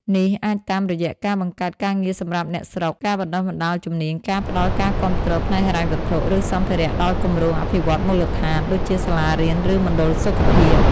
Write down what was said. នេះអាចតាមរយៈការបង្កើតការងារសម្រាប់អ្នកស្រុក ការបណ្តុះបណ្តាលជំនាញ ការផ្តល់ការគាំទ្រផ្នែកហិរញ្ញវត្ថុ ឬសម្ភារៈដល់គម្រោងអភិវឌ្ឍន៍មូលដ្ឋាន ដូចជាសាលារៀន ឬមណ្ឌលសុខភាព ។